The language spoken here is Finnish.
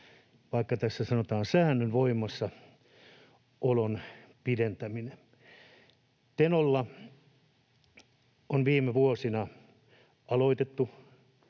vaikka tässä sanotaan ”säännön” — voimassaolon pidentämisestä. Tenolla on viime vuosina sovittu